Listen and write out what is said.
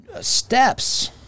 steps